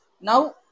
now